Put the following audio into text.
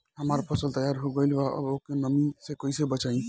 हमार फसल तैयार हो गएल बा अब ओके नमी से कइसे बचाई?